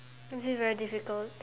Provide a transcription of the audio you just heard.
is this very difficult